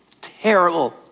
terrible